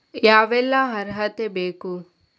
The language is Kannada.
ಯಾವೆಲ್ಲ ಅರ್ಹತೆ ಬೇಕು?